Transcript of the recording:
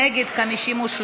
נגד, 53,